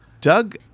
Doug